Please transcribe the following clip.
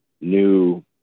new